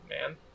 man